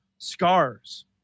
scars